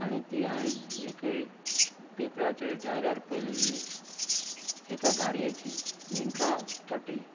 आनी ती हांयेन एके पेपराचेर जायरात पयलेली एका गाड्येची इंट्रा टर्टी